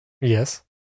Yes